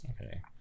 Okay